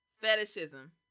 Fetishism